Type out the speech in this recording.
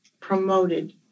Promoted